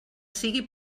sigui